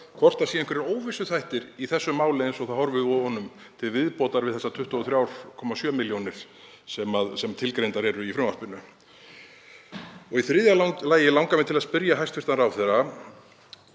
hvort það séu einhverjir óvissuþættir í þessu máli eins og það horfir við honum til viðbótar við þær 23,7 milljónir sem tilgreindar eru í frumvarpinu. Í þriðja lagi langar mig til að spyrja hæstv. ráðherra